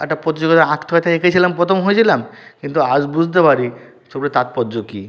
একটা প্রতিযোগিতায় আঁকতে হয় তাই এঁকেছিলাম প্রথম হয়েছিলাম কিন্তু আজ বুঝতে পারি ছবিটার তাৎপর্য কী